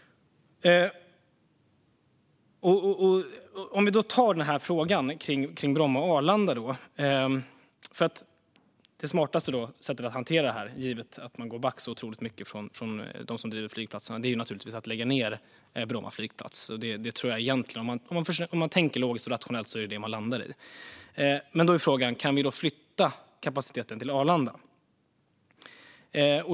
När det gäller frågan om Bromma och Arlanda är det smartaste sättet att hantera det här, givet att de som driver flygplatserna går back så otroligt mycket, att lägga ned Bromma flygplats. Om man tänker logiskt och rationellt är det vad man landar i. Men då är frågan: Kan vi flytta kapaciteten till Arlanda?